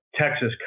Texas